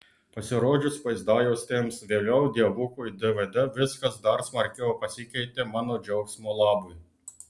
pasirodžius vaizdajuostėms vėliau dievukui dvd viskas dar smarkiau pasikeitė mano džiaugsmo labui